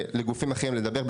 לגופים אחרים לדבר,